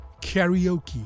karaoke